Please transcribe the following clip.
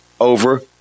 over